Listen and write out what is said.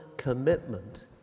Commitment